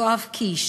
יואב קיש,